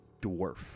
dwarf